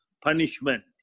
punishment